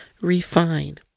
refine